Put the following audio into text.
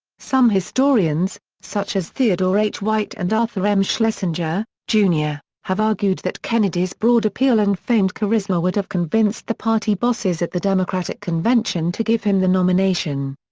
some historians, such as theodore h. white and arthur m. schlesinger, jr, have argued that kennedy's broad appeal and famed charisma would have convinced the party bosses at the democratic convention to give him the nomination.